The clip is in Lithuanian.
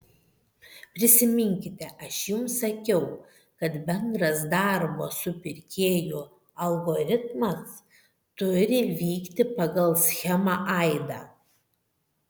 prisiminkite aš jums sakiau kad bendras darbo su pirkėju algoritmas turi vykti pagal schemą aida